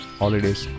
holidays